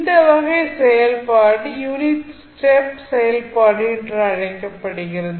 இந்த வகையான செயல்பாடு யூனிட் ஸ்டெப் செயல்பாடு என்று அழைக்கப்படுகிறது